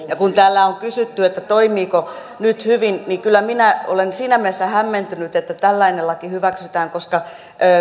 ja kun täällä on kysytty toimiiko nyt hyvin niin kyllä minä olen siinä mielessä hämmentynyt että tällainen laki hyväksytään koska